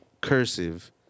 Cursive